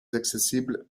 accessible